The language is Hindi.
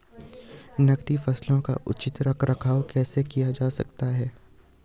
नकदी फसलों का उचित रख रखाव कैसे किया जा सकता है?